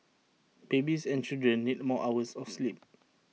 babies and children need more hours of sleep